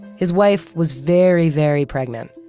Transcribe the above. his wife was very, very pregnant.